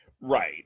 Right